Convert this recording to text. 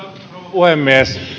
puhemies